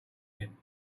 him